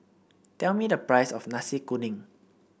tell me the price of Nasi Kuning